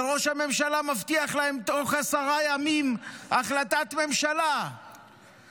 וראש הממשלה מבטיח להם החלטת ממשלה תוך עשרה ימים.